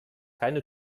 keine